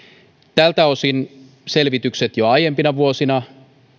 tältä osin selvitykset jo aiempina vuosina